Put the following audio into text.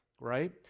right